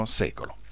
secolo